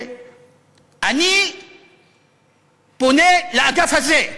אני פונה דווקא לאגף הזה,